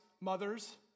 mothers